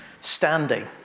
standing